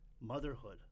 motherhood